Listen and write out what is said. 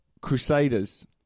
Crusaders